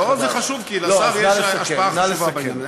לא, זה חשוב, כי לשר יש השפעה חשובה בעניין הזה.